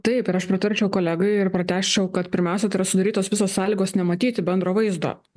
taip ir aš pritarčiau kolegai ir pratęsčiau kad pirmiausia tai yra sudarytos visos sąlygos nematyti bendro vaizdo